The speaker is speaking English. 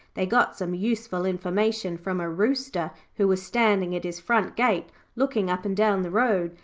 they got some useful information from a rooster who was standing at his front gate looking up and down the road,